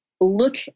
Look